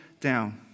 down